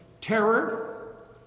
Terror